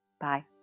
Bye